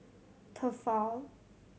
Tefal